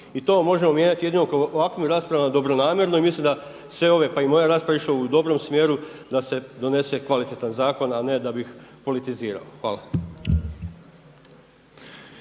I to možemo mijenjati jedino ovakvim raspravama dobronamjerno i mislim da sve ove pa i moja rasprava je išla u dobrom smjeru da se donese kvalitetan zakon a ne da bi politizirao. Hvala.